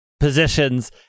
positions